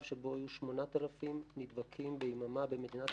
שבו יהיו 8,000 נדבקים ביממה במדינת ישראל.